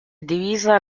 divisa